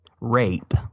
rape